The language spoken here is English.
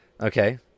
Okay